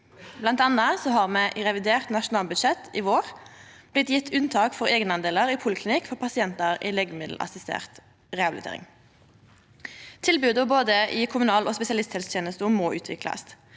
Blant anna vart det i revidert nasjonalbudsjett i vår gjeve unntak for eigendelar i poliklinikk for pasientar i legemiddelassistert rehabilitering. Tilboda i både kommunal- og spesialisthelsetenesta må utviklast.